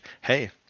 hey